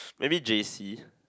maybe j_c